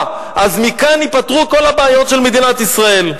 אז מכאן ייפתרו כל הבעיות של מדינת ישראל.